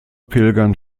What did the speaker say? pilgern